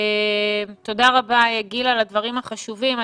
תודה רבה גיל על הדברים החשובים.